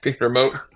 remote